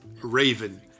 Raven